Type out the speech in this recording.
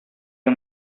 you